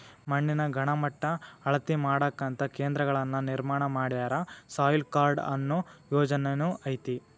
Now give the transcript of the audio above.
ಮಣ್ಣಿನ ಗಣಮಟ್ಟಾ ಅಳತಿ ಮಾಡಾಕಂತ ಕೇಂದ್ರಗಳನ್ನ ನಿರ್ಮಾಣ ಮಾಡ್ಯಾರ, ಸಾಯಿಲ್ ಕಾರ್ಡ ಅನ್ನು ಯೊಜನೆನು ಐತಿ